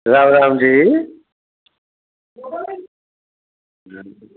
Ram Ram जी